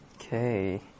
Okay